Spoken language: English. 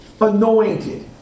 anointed